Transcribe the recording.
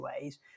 ways